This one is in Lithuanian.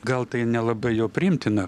gal tai nelabai jau priimtina